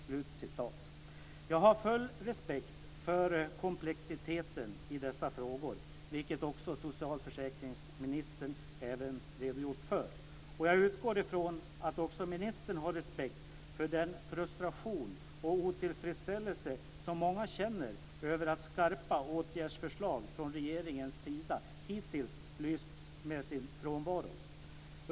Jag har full respekt för komplexiteten i dessa frågor, som socialförsäkringsministern även har redogjort för. Jag utgår från att också ministern har respekt för den frustration och otillfredsställelse som många känner över att skarpa åtgärdsförslag från regeringens sida hittills lyst med sin frånvaro.